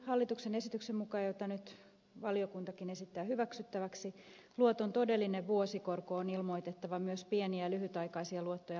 hallituksen esityksen mukaan jota nyt valiokuntakin esittää hyväksyttäväksi luoton todellinen vuosikorko on ilmoitettava myös pieniä lyhytaikaisia luottoja markkinoitaessa